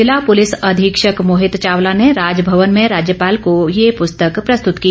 ज़िला पुलिस अधीक्षक मोहित चावला ने राजभवन में राज्यपाल को यह प्रस्तक प्रस्तुत की